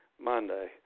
Monday